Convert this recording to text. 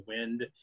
wind